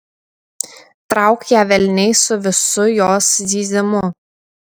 trauk ją velniai su visu jos zyzimu